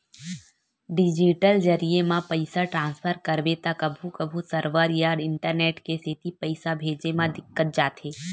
digital जरिए म पइसा ट्रांसफर करबे त कभू कभू सरवर या इंटरनेट के सेती पइसा भेजे म दिक्कत जाथे